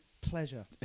pleasure